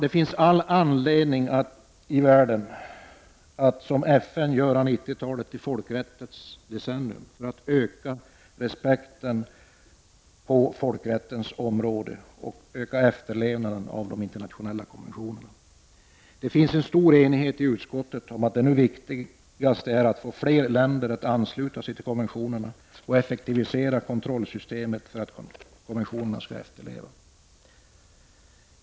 Det finns all anledning i världen att som FN göra 90-talet till folkrättens decennium för att öka respekten för folkrätten och efterlevnaden av de internationella konventionerna. Det finns stor enighet i utskottet om att det nu viktigaste är att få fler länder att ansluta sig till konventionerna och effektivisera kontrollsystemet för att konventionerna skall efterlevas.